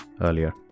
earlier